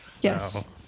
Yes